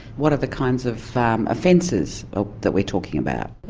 what are the kinds of offences that we're talking about?